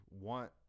want